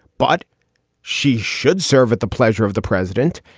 but she should serve at the pleasure of the president.